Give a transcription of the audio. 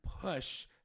push